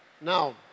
Now